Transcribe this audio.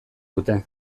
dute